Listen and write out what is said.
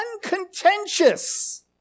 uncontentious